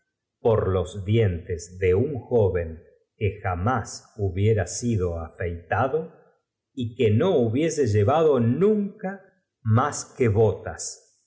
por los dientes de un joven jt que resignarse con lo que no podía evitar que jamás hubiera sido afeitado y que no y cruzar las calles de la capital escoltado hubiese llevado nunca más que botas